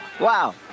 Wow